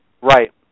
right